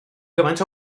gymaint